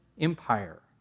Empire